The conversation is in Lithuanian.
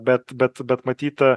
bet bet bet matyt a